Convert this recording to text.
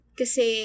kasi